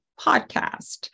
podcast